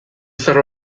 zahar